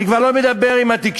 אני כבר לא מדבר על התקשורת,